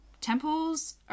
temples